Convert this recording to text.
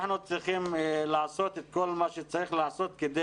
אנחנו צריכים לעשות את כל מה שצריך כדי